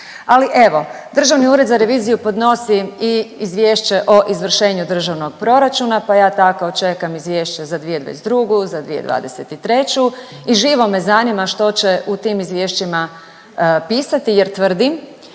Ali evo, Državni ured za reviziju podnosi i Izvješće o izvršenju državnog proračuna, pa ja tako čekam izvješće za 2022., za 2023. i živo me zanima što će u tim izvješćima pisati jer tvrdim